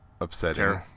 upsetting